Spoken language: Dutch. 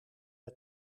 met